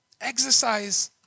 exercise